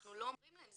אנחנו לא אומרים להם.